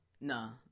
no